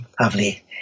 lovely